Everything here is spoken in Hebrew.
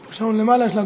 יש פה שעון למעלה.